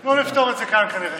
לא נפתור את זה כאן, כנראה.